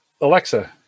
Alexa